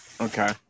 Okay